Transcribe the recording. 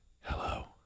hello